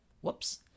Whoops